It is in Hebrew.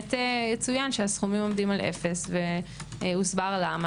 באמת יצויין שהסכומים עומדים על 0. הוסבר למה.